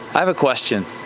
i have a question.